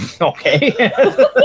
Okay